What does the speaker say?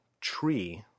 tree